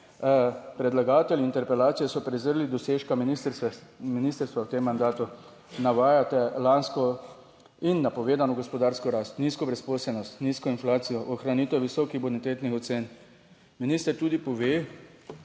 predlagatelji interpelacije so prezrli dosežka ministrstva v tem mandatu. Navajate lansko in napovedano gospodarsko rast, nizko brezposelnost, nizko inflacijo, ohranitev visokih bonitetnih ocen. Minister tudi pove,